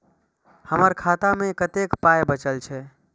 हमर खाता मे कतैक पाय बचल छै